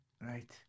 right